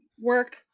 work